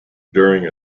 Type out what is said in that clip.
during